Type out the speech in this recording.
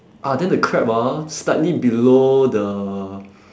ah then the crab ah slightly below the